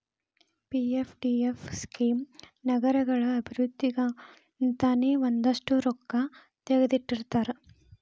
PFDF scheme ನಗರಗಳ ಅಭಿವೃದ್ಧಿಗಂತನೇ ಒಂದಷ್ಟ್ ರೊಕ್ಕಾ ತೆಗದಿಟ್ಟಿರ್ತಾರ